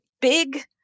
big